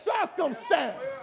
circumstance